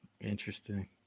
Interesting